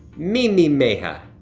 mimi mejia,